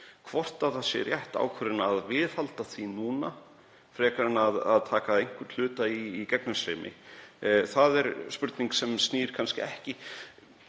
Hvort það er rétt ákvörðun að viðhalda því núna frekar en að taka einhvern hluta í gegnumstreymi er spurning sem snýr kannski ekki